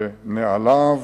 בנעליו.